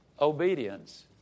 obedience